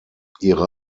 ihre